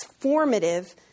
transformative